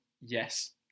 Yes